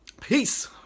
peace